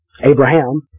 Abraham